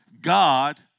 God